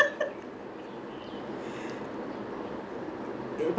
then my father they all go see who's this guy